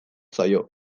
zaio